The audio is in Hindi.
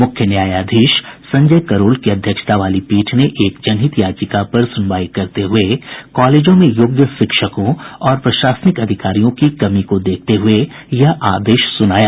मुख्य न्यायाधीश संजय करोल की अध्यक्षता वाली पीठ ने एक जनहित याचिका पर सुनवाई करते हुये कॉलेजों में योग्य शिक्षकों और प्रशासनिक अधिकारियों की कमी को देखते हुये यह आदेश सुनाया